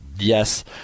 yes